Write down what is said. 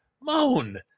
Moan